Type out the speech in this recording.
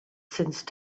since